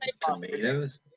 tomatoes